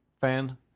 fan